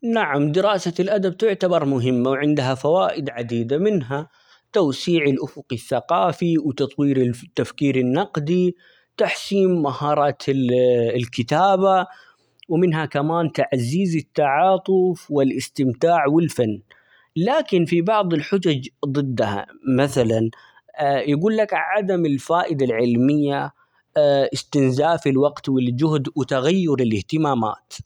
نعم دراسة الأدب تعتبر مهمة، وعندها فوائد عديدة منها توسيع الأفق الثقافي ،وتطوير -الف- التفكير النقدي، تحسين مهارات ال الكتابة ،ومنها كمان تعزيز التعاطف ،والاستمتاع ، والفن، لكن في بعض الحجج ضدها مثلا يقول لك عدم الفائدة العلمية استنزاف الوقت والجهد وتغير الاهتمامات.